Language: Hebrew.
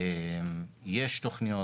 יש תכניות,